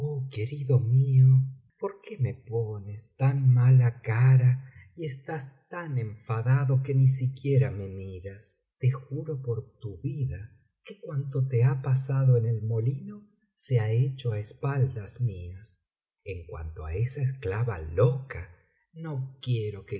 querido mío por qué me pones tan mala cara y estás tan enfadado que ni siquiera me miras te juro por tu vida que cuanto te ha pasado en el molino se ha hecho á espaldas mías en cuanto á esa esclava loca no quiero que